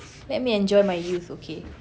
let me enjoy my youth okay